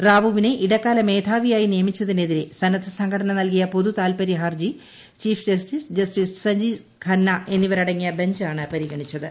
റാവുവിനെ ഇടക്കാല മേധാവിയായി നിയമിച്ചതിനെതിരെ സന്നദ്ധ സംഘടന നൽകിയ പൊതുതാൽപ്പര്യ ഹർജി chief justice justice Sanjiv Khanna എന്നിവരടങ്ങിയ ബെഞ്ചാണ് പരിഗണിച്ചത്